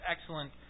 excellent